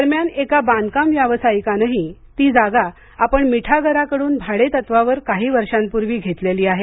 दरम्यान एका बांधकाम व्यावसायिकानंही ती जागा आपण मिठागराकडून भाडेतत्त्वावर काही वर्षांपूर्वी घेतलेली आहे